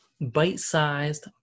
bite-sized